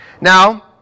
Now